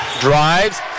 drives